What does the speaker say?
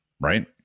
right